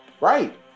Right